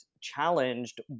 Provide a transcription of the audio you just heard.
challenged